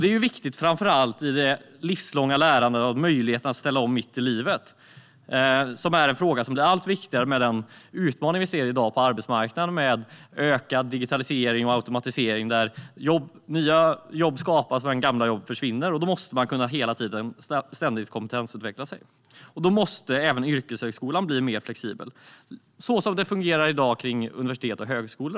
Det är viktigt framför allt i det livslånga lärandet och för möjligheten att ställa om mitt i livet, vilket är en fråga som blir allt viktigare i och med den utmaning vi i dag ser på arbetsmarknaden. Vi har en ökad digitalisering och automatisering där nya jobb skapas och gamla jobb försvinner. Då måste man ständigt kunna kompetensutveckla sig, och då måste även yrkeshögskolan bli mer flexibel - såsom det i dag fungerar på universitet och högskolor.